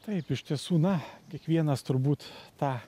taip iš tiesų na kiekvienas turbūt tą